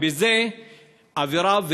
וזאת עבירה.